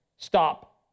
Stop